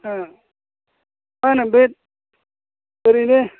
ओं मा होनो बे ओरैनो